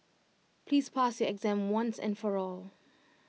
please pass your exam once and for all